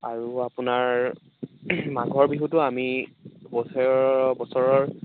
আৰু আপোনাৰ মাঘৰ বিহুটো আমি বছৰৰ